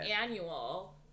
annual